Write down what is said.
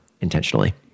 intentionally